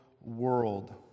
world